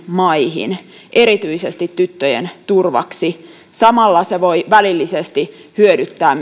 maihin erityisesti tyttöjen turvaksi samalla se voi välillisesti hyödyttää